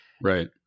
Right